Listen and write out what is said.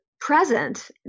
present